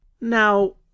now